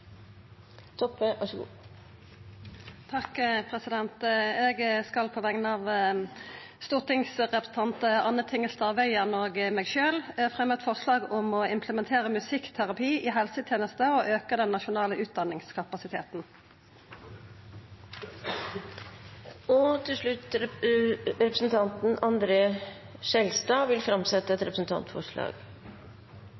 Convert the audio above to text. Eg vil på vegner av stortingsrepresentanten Anne Tingelstad Wøien og meg sjølv fremja eit forslag om å implementera musikkterapi i helsetenesta og å auka den nasjonale utdanningskapasiteten. Til slutt vil representanten André N. Skjelstad framsette